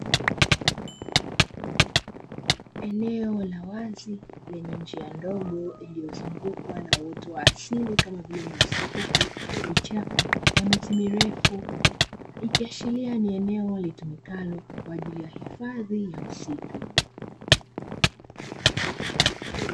Eneo la wazi lenye njia ndogo lililozungukwa na uoto wa asili kama vile nyasi fupi, vichaka na miti mirefu. Ikiashiria ni eneo litumikalo kwa ajili ya hifadhi ya misitu.